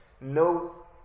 No